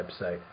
website